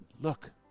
look